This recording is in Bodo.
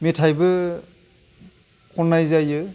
मेथाइबो खन्नाय जायो